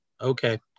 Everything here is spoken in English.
Okay